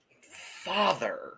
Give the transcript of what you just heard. father